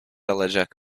alacak